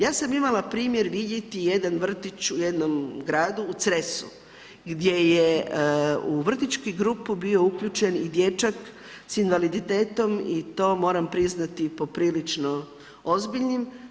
Ja sam imala primjer vidjeti jedan vrtić u jednom gradu, u Cresu, gdje je u vrtićku grupu bio uključen i dječak s invaliditetom i to moram priznati poprilično ozbiljnim.